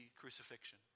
crucifixion